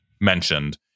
mentioned